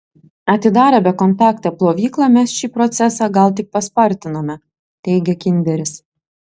atidarę bekontaktę plovyklą mes šį procesą gal tik paspartinome teigia kinderis